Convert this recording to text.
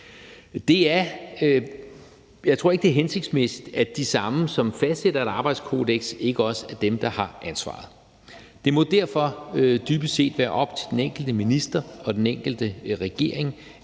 Jeg tror ikke, det er hensigtsmæssigt, at de samme, som fastsætter et arbejdskodeks, ikke også er dem, der har ansvaret. Det må derfor dybest set være op til den enkelte minister og den enkelte regering